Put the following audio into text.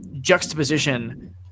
juxtaposition